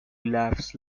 laughs